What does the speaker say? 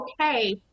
okay